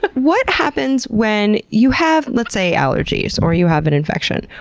but what happens when you have, let's say, allergies or you have an infection?